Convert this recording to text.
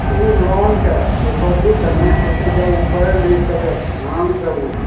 तऽ ओ लोनके रिकवरी तऽ नहि होइ छै जब ओ पढ़ि लिखके जब ध्यान सऽ ओ